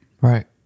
Right